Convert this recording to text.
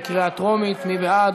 בקריאה טרומית.